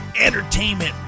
entertainment